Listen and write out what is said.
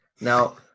Now